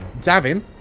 Davin